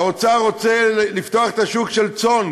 האוצר רוצה לפתוח את השוק של הצאן,